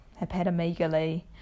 hepatomegaly